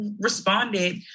responded